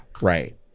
Right